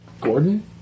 Gordon